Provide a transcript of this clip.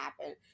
happen